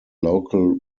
local